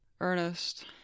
Ernest